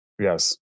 Yes